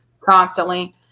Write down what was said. constantly